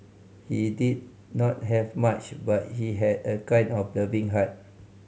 he did not have much but he had a kind and loving heart